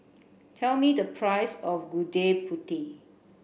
tell me the price of Gudeg Putih